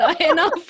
enough